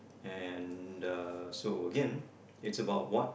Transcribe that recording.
and the so again is about what